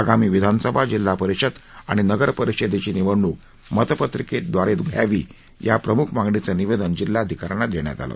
आगामी विधानसभा जिल्हा परिषद आणि नगरपरिषदेची निवडणूक मतपत्रिकेद्वारे घ्यावी या प्रम्ख मागणीचं निवेदन जिल्हाधिकाऱ्यांना देण्यात आलं